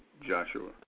Joshua